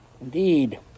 indeed